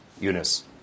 Eunice